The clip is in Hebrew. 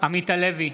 עמית הלוי,